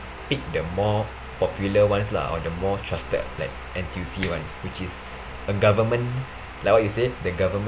pick the more popular ones lah or the more trusted like N_T_U_C ones which is a government like what you said the government